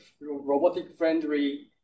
robotic-friendly